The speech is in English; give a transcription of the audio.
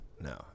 No